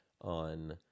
on